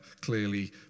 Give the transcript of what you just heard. clearly